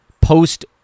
post